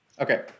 Okay